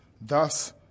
Thus